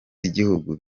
z’igihugu